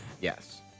yes